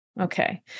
Okay